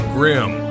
Grim